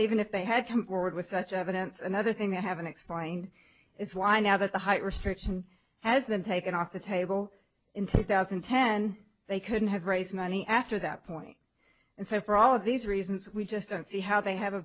even if they had come forward with such evidence another thing i haven't explained is why now that the height restriction has been taken off the table in two thousand and ten they couldn't have raised money after that point and so for all of these reasons we just don't see how they have a